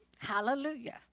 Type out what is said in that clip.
Hallelujah